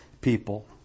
people